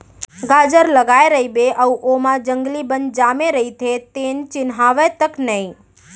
गाजर लगाए रइबे अउ ओमा जंगली बन जामे रइथे तेन चिन्हावय तक नई